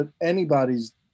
anybody's